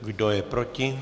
Kdo je proti?